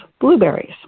blueberries